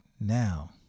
now